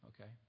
okay